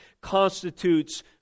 constitutes